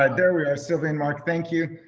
ah there we are silvia and marc, thank you.